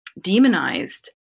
demonized